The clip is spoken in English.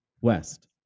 West